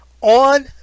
on